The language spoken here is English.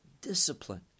discipline